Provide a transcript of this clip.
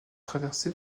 traversée